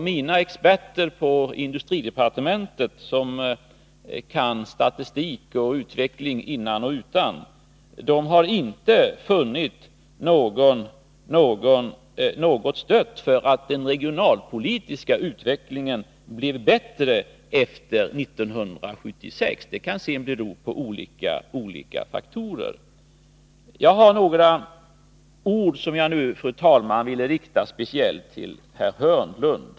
Mina experter på industridepartementet, som kan statistik och utveckling innan och utan, har inte funnit något stöd för att den regionalpolitiska utvecklingen blev bättre efter 1976. Detta kan sedan bero på olika faktorer. Fru talman! Jag skulle nu vilja rikta några ord speciellt till herr Hörnlund.